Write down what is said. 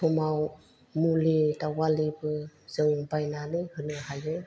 समाव मुलि दावगालिबो जों बायनानै होनो हायो